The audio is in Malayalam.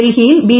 ഡൽഹിയിൽ ബി